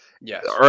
Yes